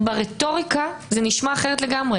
ברטוריקה זה נשמע אחרת לגמרי